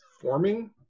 forming